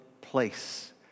place